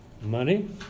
Money